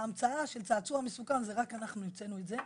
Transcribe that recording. ההמצאה של צעצוע מסוכן זה רק אנחנו המצאנו את זה.